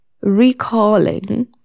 recalling